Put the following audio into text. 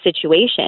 situation